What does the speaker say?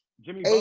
Jimmy